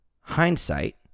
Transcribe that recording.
Hindsight